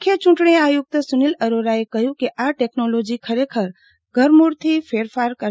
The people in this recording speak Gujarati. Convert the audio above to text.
મુખ્ય ચૂંટણી આયુક્ત સુનિલ અરોરાએ કહ્યું કે આ ટેકનોલોજી ખરેખર ધરમૂળથી ફેરફાર કરનારી રહેશે